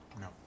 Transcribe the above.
No